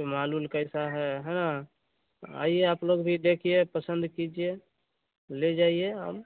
माल वाल कैसा है है न आइये आप लोग भी देखिए पसंद कीजिए ले जाइए आम